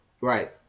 Right